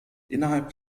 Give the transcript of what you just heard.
innerhalb